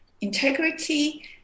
integrity